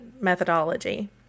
methodology